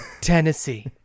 tennessee